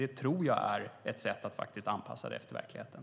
Det tror jag är ett sätt att faktiskt anpassa detta till verkligheten.